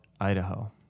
Idaho